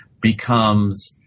becomes